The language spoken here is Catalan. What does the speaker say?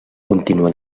contínua